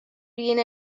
being